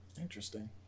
Interesting